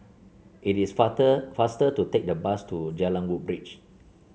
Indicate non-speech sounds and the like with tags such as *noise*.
it is *unintelligible* faster to take the bus to Jalan Woodbridge